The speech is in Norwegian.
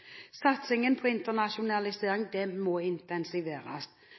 Satsingen på internasjonalisering må intensiveres.